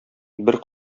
бер